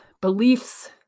beliefs